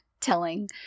Telling